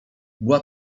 była